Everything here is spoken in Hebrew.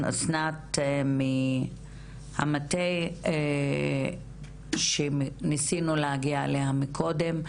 אסנת מהמטה שניסינו להגיע אליה מקודם,